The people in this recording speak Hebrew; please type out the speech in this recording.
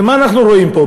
ומה אנחנו רואים פה?